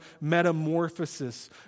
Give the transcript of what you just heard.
metamorphosis